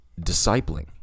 discipling